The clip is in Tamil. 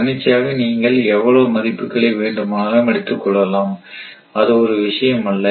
தன்னிச்சையான நீங்கள் எவ்வளவு மதிப்புகளை வேண்டுமானாலும் எடுத்துக் கொள்ளலாம் அது ஒரு விஷயம் அல்ல